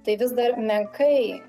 tai vis dar menkai